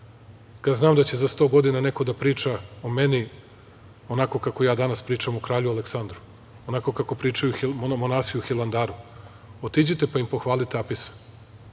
kad znam da će za 100 godina neko da priča o meni onako kako ja danas pričam o kralju Aleksandru, onako kako pričaju monasi u Hilandaru. Otiđite pa im pohvalite Apisa,